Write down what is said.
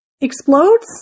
explodes